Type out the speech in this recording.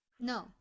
No